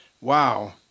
Wow